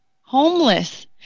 homeless